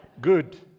Good